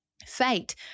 Fate